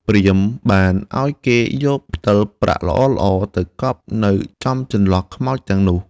ព្រាហ្មណ៍បានឲ្យគេយកផ្ដិលប្រាក់ល្អៗ ទៅកប់នៅចំចន្លោះខ្មោចទាំងនោះ។